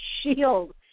shield